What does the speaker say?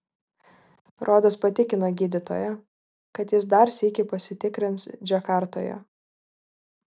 rodas patikino gydytoją kad jis dar sykį pasitikrins džakartoje